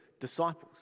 disciples